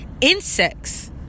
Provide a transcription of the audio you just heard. Insects